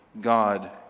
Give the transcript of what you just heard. God